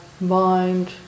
mind